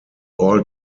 all